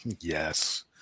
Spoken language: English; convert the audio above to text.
yes